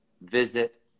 Visit